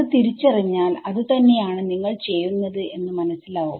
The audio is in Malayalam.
അത് തിരിച്ചറിഞ്ഞാൽ അതു തന്നെയാണ് നിങ്ങൾ ചെയ്യുന്നത് എന്ന് മനസ്സിലാവും